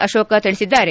ಅಶೋಕ ತಿಳಿಸಿದ್ದಾರೆ